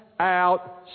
Out